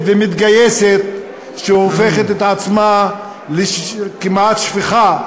ומתגייסת שהופכת את עצמה לכמעט שפחה,